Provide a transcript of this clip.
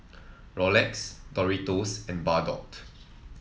Rolex Doritos and Bardot